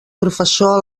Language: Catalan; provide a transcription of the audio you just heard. professor